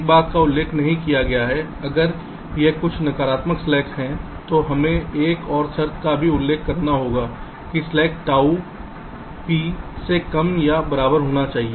एक बात का उल्लेख नहीं किया गया है अगर यह कुल नकारात्मक स्लैक है तो हमें एक और शर्त का भी उल्लेख करना होगा कि स्लैक ताऊ पी 0 से कम या के बराबर होना चाहिए